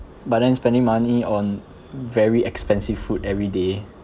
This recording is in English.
but then spending money on very expensive food every day